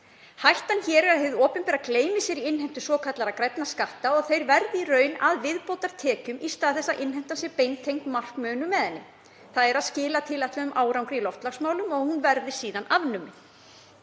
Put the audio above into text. Hættan er að hið opinbera gleymi sér í innheimtu svokallaðra grænna skatta og þeir verði í raun að viðbótartekjum í stað þess að innheimtan sé beintengd markmiðinu með henni, þ.e. að skila tilætluðum árangri í loftslagsmálum og að hún verði síðan afnumin.